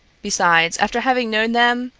besides, after having known them,